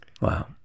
Wow